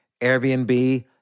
Airbnb